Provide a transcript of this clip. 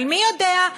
אבל מי יודע,